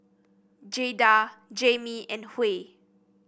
Jada Jamie and Huey